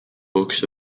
books